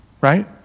Right